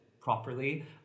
properly